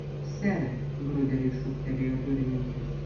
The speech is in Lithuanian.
sere bruderiui šūktelėjo durininkas